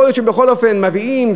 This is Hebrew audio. יכול להיות שבכל אופן מביאים,